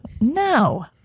no